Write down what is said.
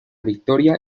victoria